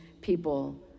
people